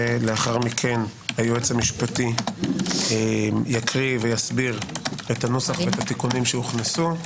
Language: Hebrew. לאחר מכן היועץ המשפטי יקריא ויסביר את הנוסח והתיקונים שהוכנסו.